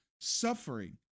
suffering